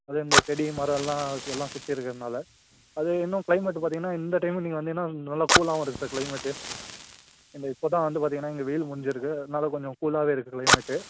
அதே இந்த செடி மரலாம் எல்லாம் சுற்றி இருக்கிறனால அது இன்னும் கிளைமேட் பார்த்திங்கன்னா இந்த டைமில் நீங்கள் வந்திங்கன்னால் நல்ல கூலாகவும் இருக்குது சார் கிளைமேட்டு இந்த இப்போ தான் வந்து பார்த்திங்கன்னா இங்கே வெயில் முடிஞ்சுருக்கு அதனால் கொஞ்சம் கூலாகவே இருக்குது கிளைமேட்டு